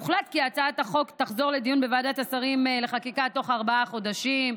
הוחלט כי הצעת החוק תחזור לדיון בוועדת השרים לחקיקה בתוך ארבעה חודשים.